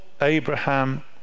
Abraham